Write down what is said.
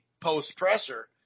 post-pressure